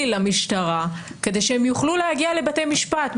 למשטרה כדי שהם יוכלו להגיע לבית המשפט,